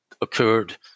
occurred